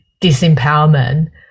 disempowerment